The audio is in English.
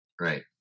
right